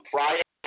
Friday